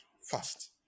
fast